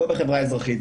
לא בחברה האזרחית,